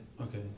Okay